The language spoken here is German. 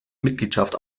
mitgliedschaft